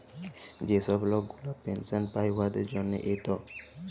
যে ছব লক গুলা পেলসল পায় উয়াদের জ্যনহে ইট